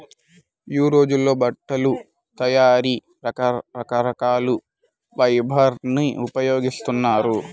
యీ రోజుల్లో బట్టల తయారీకి రకరకాల ఫైబర్లను ఉపయోగిస్తున్నారు